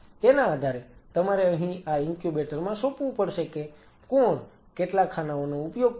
તેના આધારે તમારે અહીં આ ઇન્ક્યુબેટર માં સોંપવું પડશે કે કોણ કેટલા ખાનાઓનો ઉપયોગ કરશે